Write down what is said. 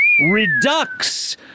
redux